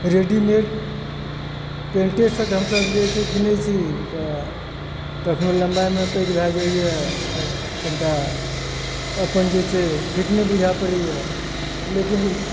readymade पेंटे shirt हमसभ जे छै कीनैत छी तऽ कखनहु लम्बाइमे पैघ भए जाइए तऽ कनिटा अपन जे छै फिट नहि बुझा पड़ैए लेकिन